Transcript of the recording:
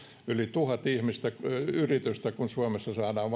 yli tuhat yritystä kun suomessa saadaan